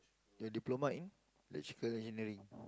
your diploma in electrical engineering